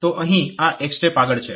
તો અહીં આ એક સ્ટેપ આગળ છે